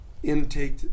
intake